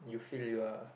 you feel you are